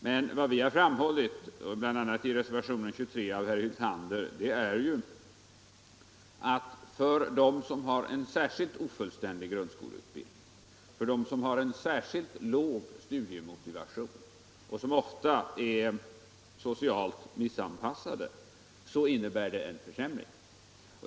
Men vad som framhållits bl.a. i reservationen 23 av herr Hyltander är att för dem som har en särskilt ofullständig grundskoleutbildning och en särskilt låg studiemotivation och som dessutom ofta är socialt missanpassade innebär detta system en försämring.